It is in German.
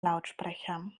lautsprecher